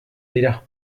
dira